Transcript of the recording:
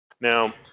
Now